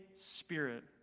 Spirit